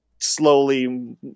slowly